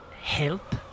help